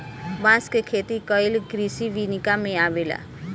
बांस के खेती कइल कृषि विनिका में अवेला